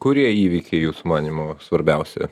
kurie įvykiai jūsų manymu svarbiausi